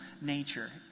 nature